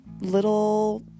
little